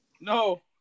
no